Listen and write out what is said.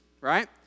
right